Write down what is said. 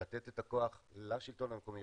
לתת את הכוח לשלטון המקומי,